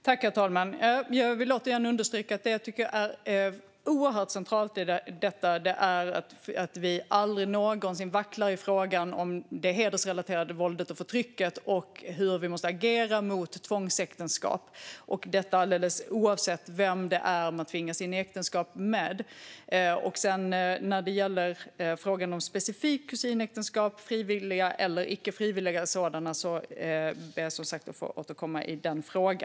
Herr talman! Jag vill återigen understryka att det är oerhört centralt i detta att vi aldrig någonsin vacklar i frågan om det hedersrelaterade våldet och förtrycket och hur vi måste agera mot tvångsäktenskap. Detta gäller alldeles oavsett vem det är man tvingas in i äktenskap med. När det specifikt gäller frågan om kusinäktenskap, frivilliga eller icke frivilliga sådana, ber jag att få återkomma.